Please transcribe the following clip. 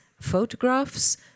photographs